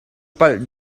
palh